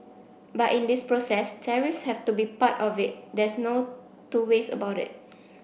but in this process tariffs have to be part of it there's no two ways about it